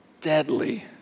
deadly